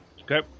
Okay